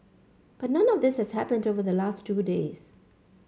but none of this has happened over the last two days